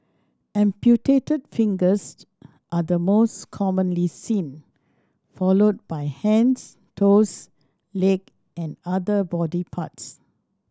amputated fingers are the most commonly seen followed by hand toes leg and other body parts